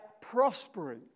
prospering